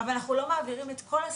אבל אנחנו לא מעבירים את כל הסעיפים,